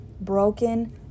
Broken